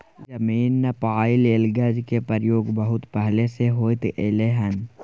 जमीन नापइ लेल गज के प्रयोग बहुत पहले से होइत एलै हन